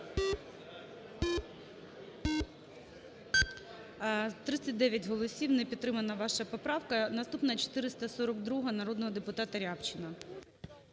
39 голосів. Не підтримана ваша поправка. Наступна 442-а, народного депутата Рябчина.